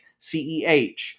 CEH